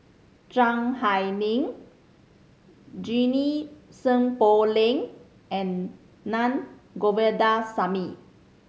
Zhiang Hai Ling Junie Sng Poh Leng and Naa Govindasamy